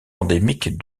endémique